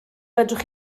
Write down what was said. fedrwch